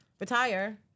Retire